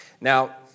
Now